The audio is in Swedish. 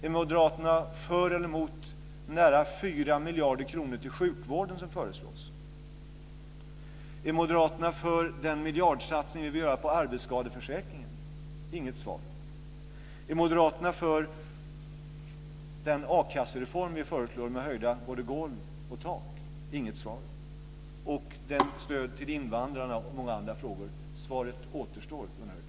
Är moderaterna för eller mot nära 4 miljarder kronor till sjukvården som föreslås? Är moderaterna för den miljardsatsning som vi vill göra på arbetsskadeförsäkringen? Inget svar. Är moderaterna för den a-kassereform som vi föreslår med höjda både golv och tak? Inget svar. Beträffande stödet till invandrarna och många andra frågor återstår svaret, Gunnar Hökmark.